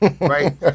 Right